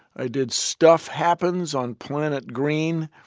i did stuff happens on planet green.